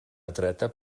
atreta